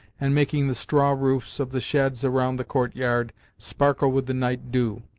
and making the straw roofs of the sheds around the courtyard sparkle with the night dew.